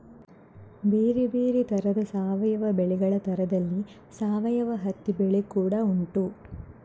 ಬೇರೆ ಬೇರೆ ತರದ ಸಾವಯವ ಬೆಳೆಗಳ ತರದಲ್ಲಿ ಸಾವಯವ ಹತ್ತಿ ಬೆಳೆ ಕೂಡಾ ಉಂಟು